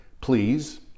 please